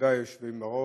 מכובדיי היושבים בראש,